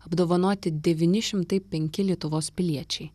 apdovanoti devyni šimtai penki lietuvos piliečiai